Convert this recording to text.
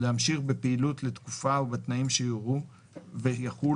להמשיך בפעילות לתקופה ובתנאים שיורו ויחול